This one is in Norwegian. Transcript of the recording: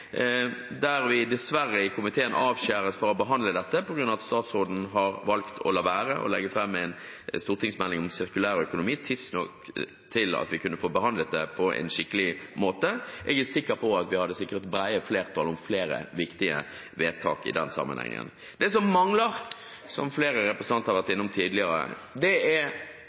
Vi i komiteen avskjæres dessverre fra å behandle dette, på grunn av at statsråden har valgt å la være å legge fram en stortingsmelding om sirkulær økonomi tidsnok til at vi kunne få behandlet den på en skikkelig måte. Jeg er sikker på at vi hadde sikret brede flertall om flere viktige vedtak i den sammenhengen. Det som mangler, som flere representanter har vært inne på tidligere, er hvordan det